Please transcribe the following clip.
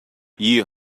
yeah